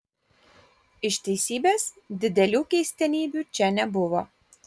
iš teisybės didelių keistenybių čia nebuvo